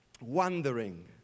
wondering